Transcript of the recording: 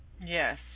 Yes